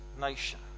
nation